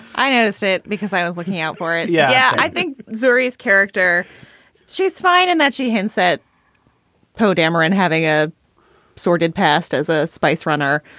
i noticed it because i was looking out for it. yeah, yeah. i think zuri is character she's fine in that she hadn't said po'd um mrn and having a sordid past as a spice runner,